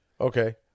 Okay